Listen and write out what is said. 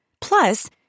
Plus